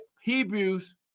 Hebrews